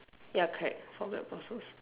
ya correct four black boxes